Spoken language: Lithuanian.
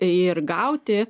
ir gauti